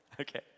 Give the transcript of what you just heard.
Okay